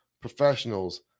professionals